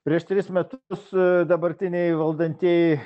prieš tris metus dabartiniai valdantieji